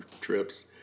trips